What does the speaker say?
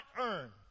earn